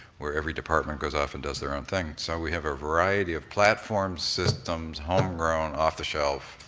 where every department goes off and does their own thing. so we have a variety of platform, systems, home-grown, off the shelf,